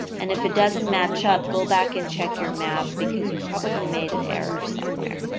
and if it doesn't match up, go back and check your math because you probably made an error somewhere.